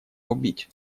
убить